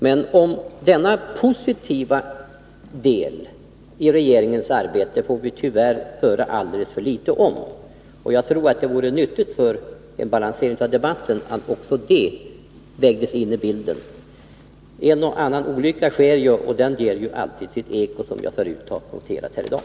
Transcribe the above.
Men om denna positiva del i regeringens arbete får vi tyvärr höra alldeles för litet. Jag tror att det vore nyttigt för en balansering av debatten att också detta vägdes in i bilden. En och annan olycka sker ju, och den ger alltid sitt eko, som jag har noterat tidigare här i dag.